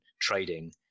trading